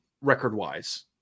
record-wise